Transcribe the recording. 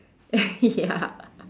ya